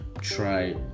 try